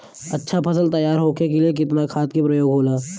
अच्छा फसल तैयार होके के लिए कितना खाद के प्रयोग होला?